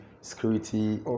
security